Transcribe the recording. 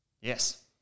Yes